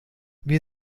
wir